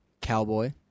Cowboy